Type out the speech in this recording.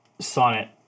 Sonnet